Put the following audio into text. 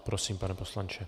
Prosím, pane poslanče.